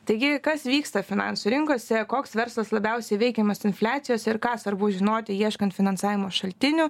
taigi kas vyksta finansų rinkose koks verslas labiausiai veikiamas infliacijos ir ką svarbu žinoti ieškant finansavimo šaltinių